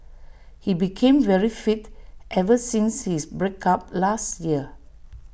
he became very fit ever since his break up last year